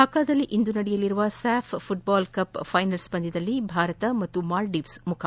ಥಾಕಾದಲ್ಲಿಂದು ನಡೆಯಲಿರುವ SAFF football cup finals ಪಂದ್ಯದಲ್ಲಿ ಭಾರತ ಮತ್ತು ಮಾಲ್ತೀವ್ಸ್ ಮುಖಾಮುಖಿ